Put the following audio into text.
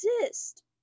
exist